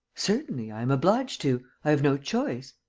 certainly, i am obliged to i have no choice.